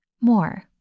more